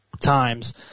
times